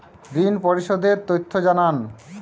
ঋন পরিশোধ এর তথ্য জানান